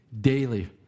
daily